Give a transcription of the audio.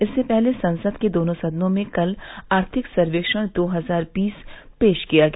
इससे पहले संसद के दोनों सदनों में कल आर्थिक सर्वेक्षण दो हजार बीस पेश किया गया